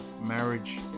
Marriage